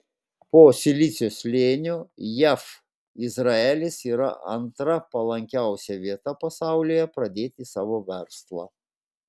po silicio slėnio jav izraelis yra antra palankiausia vieta pasaulyje pradėti savo verslą